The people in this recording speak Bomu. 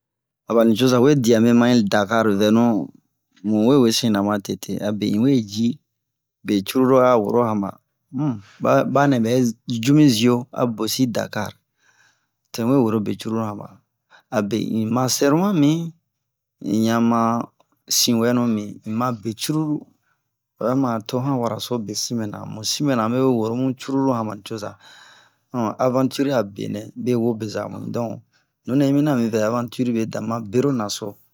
a bani coza we diamɛ man'hi dakar vɛnu mu we wesimɛna ma tete abe un'we ji be cruru a wro anba banɛ bɛ ju mi sio a bosi dakar to we woro be cruru anba abe un'ma sɛroma mi un ɲa ma siwɛnu mi un ma be cruru obɛ mare to an wara so besin mɛna mu sin mɛna a me we woro mu cruru an bani coza mu aventure abe nɛ me wo beza mui don nunɛ i mina a mi vɛ aventure mɛ dama bero naso obɛ mare